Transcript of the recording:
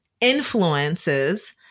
influences